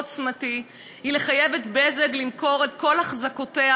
עוצמתי היא לחייב את "בזק" למכור את כל אחזקותיה